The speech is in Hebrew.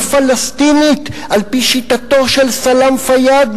פלסטינית על-פי שיטתו של סלאם פיאד,